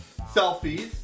selfies